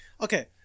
Okay